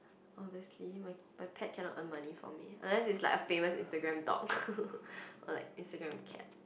obviously my my pet cannot earn money for me unless it's like a famous Instagram dog or like Instagram cat